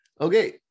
Okay